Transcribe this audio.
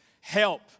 help